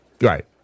Right